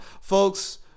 Folks